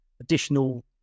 additional